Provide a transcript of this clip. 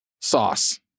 sauce